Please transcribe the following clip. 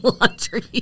laundry